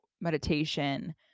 meditation